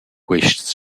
quists